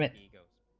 a sms